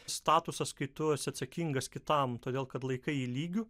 statusas kai tu esi atsakingas kitam todėl kad laikai jį lygiu